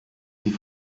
die